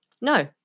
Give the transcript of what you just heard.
no